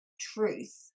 truth